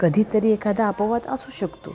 कधीतरी एखादा अपवाद असू शकतो